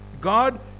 God